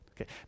okay